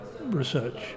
research